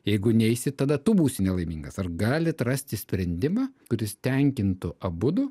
jeigu neisi tada tu būsi nelaimingas ar galit rasti sprendimą kuris tenkintų abudu